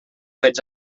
fets